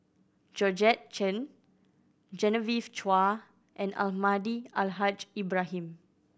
Georgette Chen Genevieve Chua and Almahdi Al Haj Ibrahim